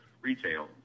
retail